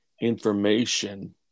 information